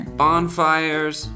bonfires